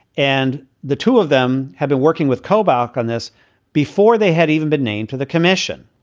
and the two of them had been working with kobach on this before. they had even been named to the commission.